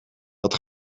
dat